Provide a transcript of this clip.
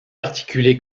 articuler